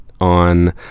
on